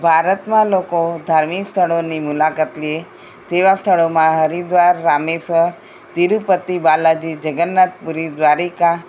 ભારતમાં લોકો ધાર્મિક સ્થળોની મુલાકાત લે તેવા સ્થળોમાં હરિદ્વાર રામેશ્વર તિરુપતિ બાલાજી જગન્નાથપુરી દ્વારકા